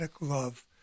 love